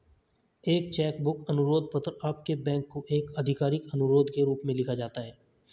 एक cheque book अनुरोध पत्र आपके बैंक को एक आधिकारिक अनुरोध के रूप में लिखा जाता है